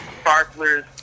sparklers